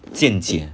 见解